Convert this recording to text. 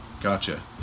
gotcha